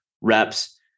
reps